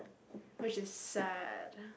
which is sad